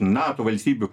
nato valstybių